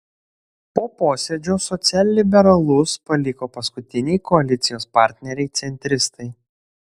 po posėdžio socialliberalus paliko paskutiniai koalicijos partneriai centristai